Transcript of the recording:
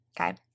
Okay